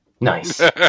Nice